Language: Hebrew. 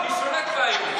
אני שולט בה היום.